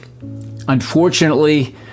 Unfortunately